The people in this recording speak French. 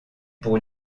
pour